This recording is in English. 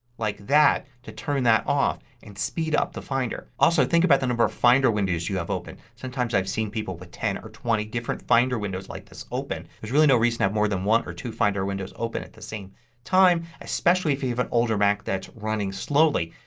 like that, to turn that off and speed up the finder. also think about the number of finder windows you have open. sometimes i've seen people with ten, twenty different finder windows like this open. there's really no reason to have more than one or two finder windows open at the same time especially if you have an older mac that's running slowly.